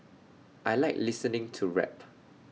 I Like listening to rap